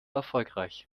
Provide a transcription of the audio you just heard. erfolgreich